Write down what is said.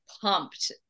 pumped